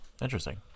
Interesting